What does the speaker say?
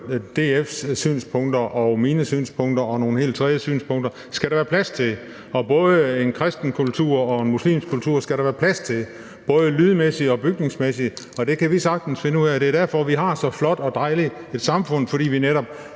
DF's synspunkter og mine synspunkter og nogle helt tredje synspunkter skal der være plads til, og både en kristen kultur og en muslimsk kultur skal der være plads til, både lydmæssigt og bygningsmæssigt, og det kan vi sagtens finde ud af. Det er derfor, at vi har så flot og dejligt et samfund, nemlig fordi vi netop